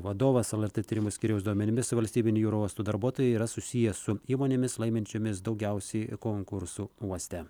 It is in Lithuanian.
vadovas lrt tyrimų skyriaus duomenimis valstybinio jūrų uosto darbuotojai yra susiję su įmonėmis laiminčiomis daugiausiai konkursų uoste